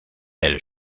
del